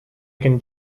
can